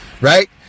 right